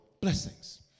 blessings